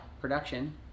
production